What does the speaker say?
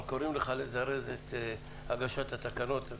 אלא קוראים לך לזרז את הגשת התקנות.